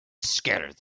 shattered